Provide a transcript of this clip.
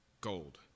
Gold